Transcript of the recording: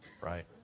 Right